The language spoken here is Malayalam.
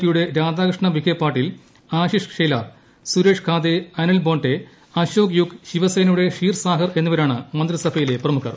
പിയുടെ രാധാകൃഷ്ണ വിഖേ പാട്ടീൽ ആശിഷ് ശേലാർ സ്റ്റ്രേഷ് ഖാദേ അനിൽ ബോൺട്ടേ അശോക് യുക് ശിവസേനയുടെ ക്ഷീർസ്പാ്ഹർ എന്നിവരാണ് മന്ത്രിസഭയിലെ പ്രമുഖർ